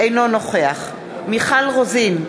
אינו נוכח מיכל רוזין,